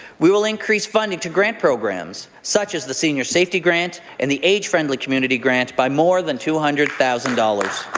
we will increase funding to grant programs such as the senior safety grants and the age-friendly community grants by more than two hundred thousand dollars.